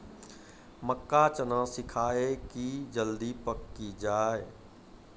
मक्का चना सिखाइए कि जल्दी पक की जय?